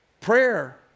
Prayer